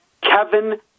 Kevin